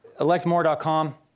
electmore.com